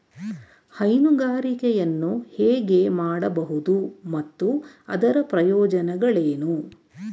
ಹೈನುಗಾರಿಕೆಯನ್ನು ಹೇಗೆ ಮಾಡಬಹುದು ಮತ್ತು ಅದರ ಪ್ರಯೋಜನಗಳೇನು?